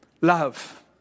Love